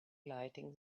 lighting